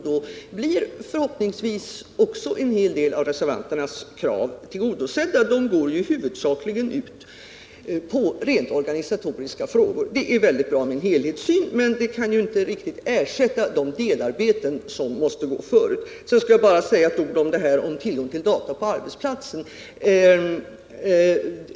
Då blir förhoppningsvis en hel del av reservanternas krav tillgodosedda — dessa gäller ju i huvudsak rent organisatoriska frågor. Det är mycket bra med en helhetssyn, men en sådan kan ju inte helt ersätta delarbetena. Sedan vill jag bara säga några ord beträffande frågan om tillgången till data på arbetsplatserna.